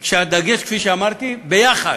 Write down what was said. והדגש, כפי שאמרתי: יחד,